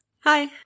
hi